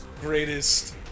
greatest